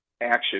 action